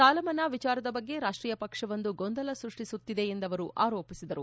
ಸಾಲಮನ್ನಾ ವಿಚಾರದ ಬಗ್ಗೆ ರಾಷ್ಟೀಯ ಪಕ್ಷವೊಂದು ಗೊಂದಲ ಸೃಷ್ಟಿಸುತ್ತಿದೆ ಎಂದು ಅವರು ಆರೋಪಿಸಿದರು